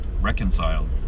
reconciled